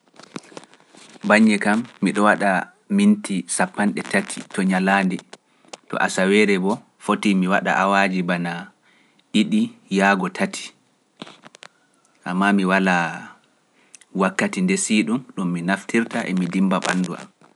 Mbaññee kam miɗo waɗa minti sappo e tati(thirteen mins) to ñalaande to asaweere bo foti mi waɗa awaaji bana ɗiɗi yaago tati (two - three hrs), ammaa mi walaa wakkati ndesii ɗum ɗum mi naftirta e mi dimmba ɓanndu am.